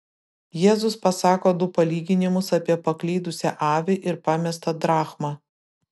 jėzus pasako du palyginimus apie paklydusią avį ir pamestą drachmą